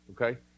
okay